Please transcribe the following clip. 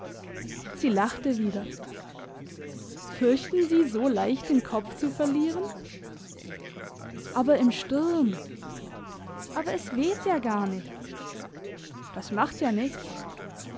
sie lachte wieder fürchten sie so leicht den kopf zu verlieren aber im sturm aber es weht ja gar nicht das macht ja nichts